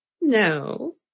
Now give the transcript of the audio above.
No